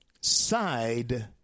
side